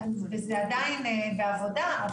וזה עדיין בעבודה,